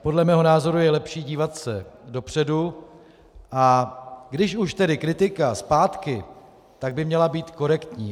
Podle mého názoru je lepší dívat se dopředu, a když už tedy kritika zpátky, tak by měla být korektní.